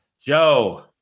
Joe